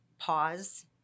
pause